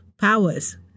powers